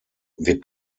wir